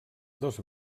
dos